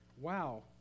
Wow